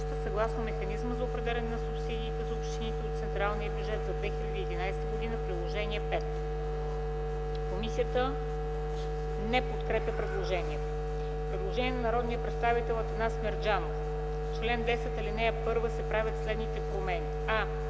съгласно механизъма за определяне на субсидиите за общините от централния бюджет за 2011 г. в Приложение 5.” Комисията не подкрепя предложението. Предложение на народния представител Атанас Мерджанов: „В чл.10, ал.1 се правят следните промени: